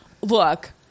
Look